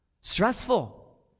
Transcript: stressful